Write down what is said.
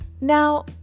now